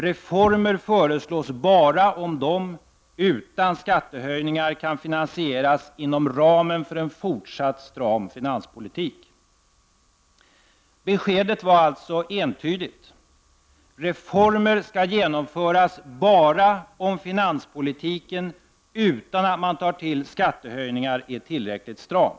Reformer föreslås bara om de utan skattehöjningar kan finansieras inom ramen för en fortsatt stram finanspolitik. Beskedet var alltså entydigt. Reformer skall genomföras bara om finans = Prot. 1989/90:80 politiken, utan att man tar till skattehöjningar, är tillräckligt stram.